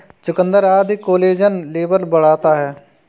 चुकुन्दर आदि collagen level बढ़ाता है